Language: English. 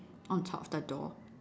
on top of the door